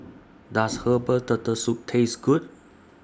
Does Herbal Turtle Soup Taste Good